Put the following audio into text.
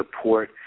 support